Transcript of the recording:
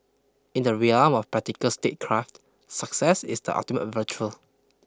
in the realm of practical statecraft success is the ultimate virtual